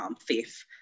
faith